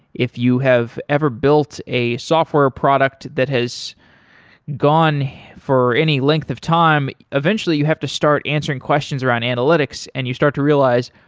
if you have ever built a software product that has gone for any length of time, eventually you have to start answering questions around analytics and you start to realize,